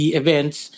events